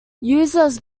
users